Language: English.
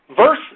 Verse